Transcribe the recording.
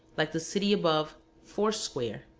like the city above, four square.